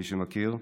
מי שמכיר,